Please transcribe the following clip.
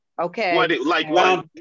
Okay